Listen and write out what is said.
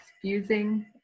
fusing